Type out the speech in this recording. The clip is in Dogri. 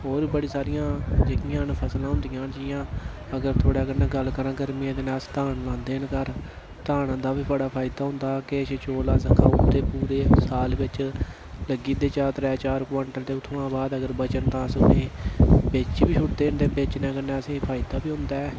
होर बड़ी सारियां जेह्कियां न फसलां होंदियां जि'यां अगर थुआढ़े कन्नै गल्ल करां गर्मियें दिनें अस धान लांदे न घर धान दा बी बड़ा फायदा होंदा किश चौल अस खाई ओड़दे पूरे साल बिच लग्गी दे चार त्रैऽ चार क्वांटल ते उत्थुआं बाद अगर बच्चन तां अस उ'नेईं बेची बी छुड़दे न ते बेचने कन्नै असेंगी फायदा बी होंदा ऐ